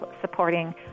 supporting